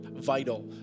vital